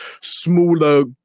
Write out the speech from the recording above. smaller